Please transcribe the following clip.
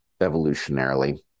evolutionarily